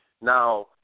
Now